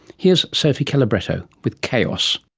here's sophie calabretto with chaos.